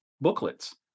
booklets